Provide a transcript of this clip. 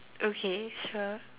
okay sure